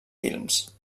films